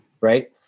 right